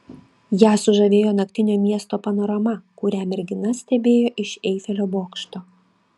ją sužavėjo naktinio miesto panorama kurią mergina stebėjo iš eifelio bokšto